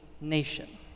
nation